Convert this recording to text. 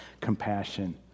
compassion